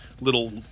little